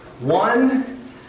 One